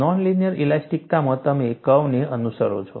non linear ઇલાસ્ટિકતામાં તમે કર્વને અનુસરશો